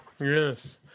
Yes